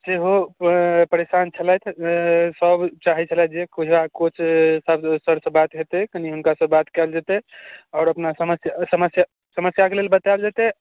सेहो परेशान छलथि सभ चाहै छलथि जे कोजरा कोच सर सरसँ बात हेतै कनि हुनकासँ बात कयल जेतै आओर अपना समस्य समस्या समस्याके लेल बतायल जेतै